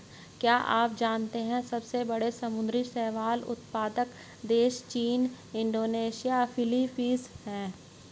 क्या आप जानते है सबसे बड़े समुद्री शैवाल उत्पादक देश चीन, इंडोनेशिया और फिलीपींस हैं?